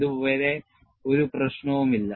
ഇത് വരെ ഒരു പ്രശ്നവുമില്ല